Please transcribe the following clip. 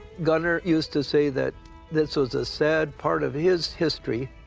gunnar used to say that this was a sad part of his history,